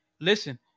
Listen